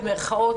במירכאות,